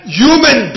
human